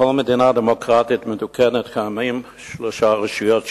בכל מדינה דמוקרטית מתוקנת יש שלוש רשויות שלטוניות: